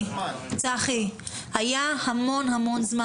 היה המון המון זמן.